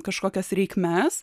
kažkokias reikmes